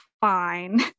fine